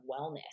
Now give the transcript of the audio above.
wellness